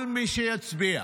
כל מי שיצביע